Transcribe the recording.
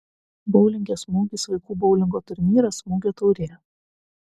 boulinge smūgis vaikų boulingo turnyras smūgio taurė